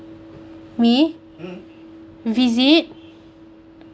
me visit